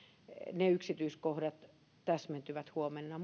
ne yksityiskohdat täsmentyvät huomenna